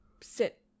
sit